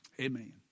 Amen